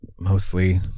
mostly